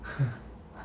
hmm